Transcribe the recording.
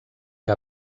que